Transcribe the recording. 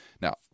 Now